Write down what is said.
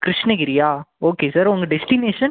கிரிஷ்ணகிரியா okay sir உங்கள் destination